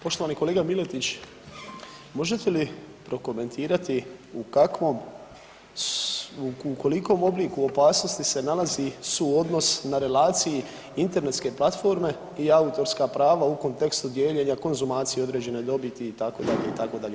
Poštovani kolega Miletić možete li prokomentirati u kakvom, u kolikom obliku opasnosti se nalazi suodnos na relaciji internetske platforme i autorska prava u kontekstu dijeljenja konzumacije određene dobiti itd., itd.